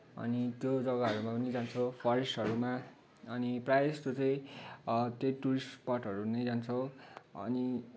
अनि त्यो जग्गाहरूमा पनि जान्छौँ फरेस्टहरूमा अनि प्रायजस्तो चाहिँ त्यहीँ टुरिस्ट स्पोटहरू नै जान्छौँ अनि